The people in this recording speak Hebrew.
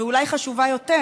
ואולי חשובה יותר,